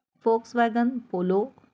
Volkswagen polo